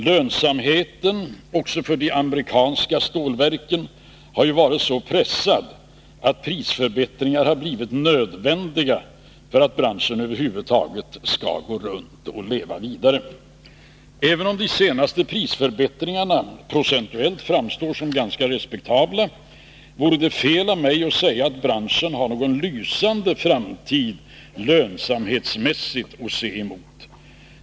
Lönsamheten också för de amerikanska stålverken har ju varit så pressad, att prisförbättringar har blivit nödvändiga för att branschen över huvud taget skall kunna gå runt och leva vidare. Även om de senaste prisförbättringarna procentuellt framstår som ganska respektabla, vore det fel av mig att säga att branschen har någon lysande framtid lönsamhetsmässigt att se fram emot.